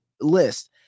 list